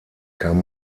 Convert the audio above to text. kam